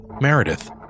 Meredith